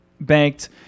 banked